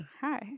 Hi